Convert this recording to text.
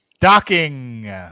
docking